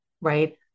right